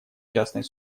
частной